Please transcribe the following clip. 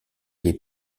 les